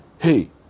Hey